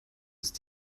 ist